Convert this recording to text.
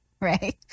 right